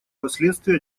последствия